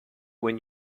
when